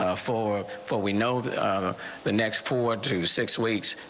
ah for for we know the the next four to six weeks.